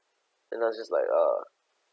then I was just like uh